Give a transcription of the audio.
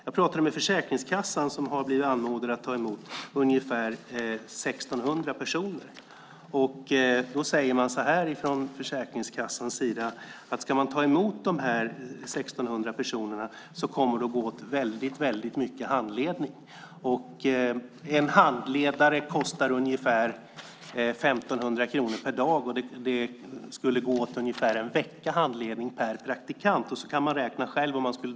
Jag pratade med Försäkringskassan, som har blivit anmodade att ta emot ungefär 1 600 personer. Man säger från Försäkringskassans sida att det om man ska ta emot dessa 1 600 personer kommer att gå åt väldigt mycket handledning. En handledare kostar ungefär 1 500 kronor per dag, och det skulle gå åt ungefär en vecka handledning per praktikant. Man kan räkna själv.